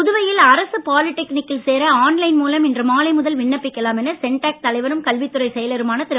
புதுவையில் அரசு பாவிடெக்னிக்கில் சேர ஆன் லைன் மூலம் இன்று மாலை முதல் விண்ணப்பிக்கலாம் என சென்டாக் தலைவரும் கல்வித்துறை செயலருமான திரு